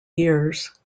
years